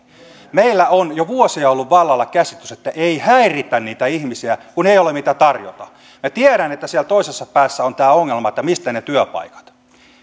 meillä on jo vuosia ollut vallalla käsitys että ei häiritä niitä ihmisiä kun ei ole mitä tarjota minä tiedän että siellä toisessa päässä on ongelma että mistä ne työpaikat